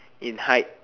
in height